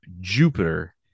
Jupiter